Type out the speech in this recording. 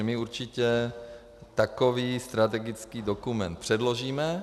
My určitě takový strategický dokument předložíme.